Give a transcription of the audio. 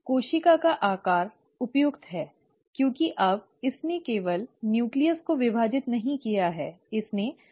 कोशिका का आकार उपयुक्त है क्योंकि अब इसने केवल न्यूक्लियस को विभाजित नहीं किया है इसने साइटप्लेज़म को विभाजित किया है